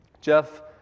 Jeff